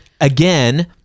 again